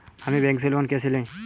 हम बैंक से लोन कैसे लें?